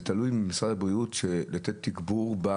זה תלוי במשרד הבריאות לתת תגבור?